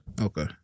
Okay